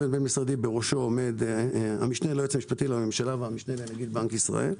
שבראשו עומד המשנה ליועץ המשפטי לממשלה והמשנה לנגיד בנק ישראל,